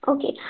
Okay